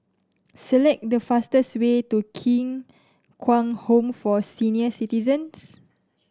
select the fastest way to King Kwang Home for Senior Citizens